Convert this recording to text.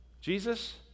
Jesus